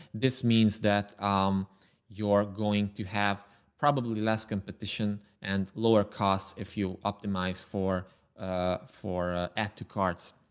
this means that um you're going to have probably less competition and lower costs if you optimize for four at two cards.